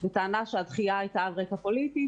בטענה שהדחייה הייתה על רקע פוליטי,